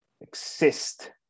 exist